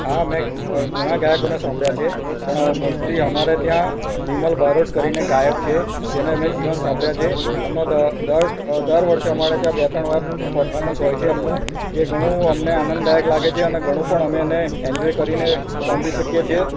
હા મેં ઘણા ગાયકોને સાંભળ્યા છે પણ મોસ્ટલી અમારે ત્યાં વિમલ બારોટ કરી ને ગાયક છે જેને મેં જીવંત સાંભળ્યા છે એમનો દર દર વર્ષે અમારે ત્યાં બે ત્રણ વાર પરફોર્મન્સ હોય છે એમનું જે ઘણું અમને આનંદદાયક લાગે છે અને ઘણું પણ અમે એને એન્જોય કરી ને સાંભળી શકીએ છે